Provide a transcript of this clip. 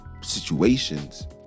situations